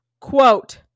quote